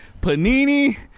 Panini